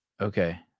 Okay